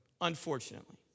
unfortunately